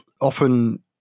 often